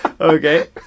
Okay